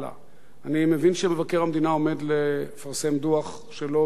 אני מבין שמבקר המדינה עומד לפרסם דוח שלו בעניין הזה.